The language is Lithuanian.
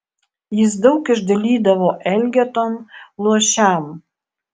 jis daug išdalydavo elgetom luošiam